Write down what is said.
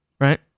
right